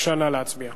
בבקשה להצביע.